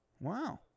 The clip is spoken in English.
Wow